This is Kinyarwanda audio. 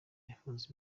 yafunze